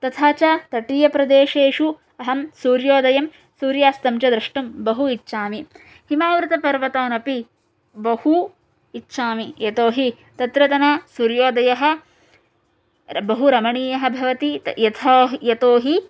तथा च तटीयप्रदेशेषु अहं सूर्योदयं सूर्यास्तं च द्रष्टुं बहु इच्छामि हिमावृतपर्वतान् अपि बहु इच्छामि यचोहि तत्रत्य सूर्योदयः बहुरमणीयः भवति यतोहि